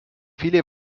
viele